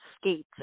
skates